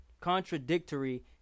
contradictory